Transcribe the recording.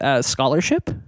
scholarship